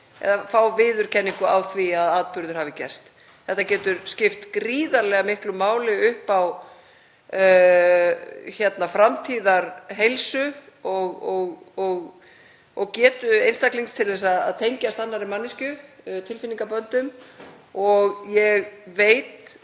eða fá viðurkenningu á því að atburðir hafi gerst. Þetta getur skipt gríðarlega miklu máli upp á framtíðarheilsu og getu einstaklings til að tengjast annarri manneskju tilfinningaböndum. Þótt ég viti